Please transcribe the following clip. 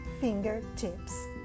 fingertips